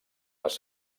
les